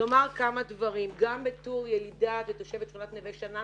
כמה דברים גם כילידת ותושבת נווה שאנן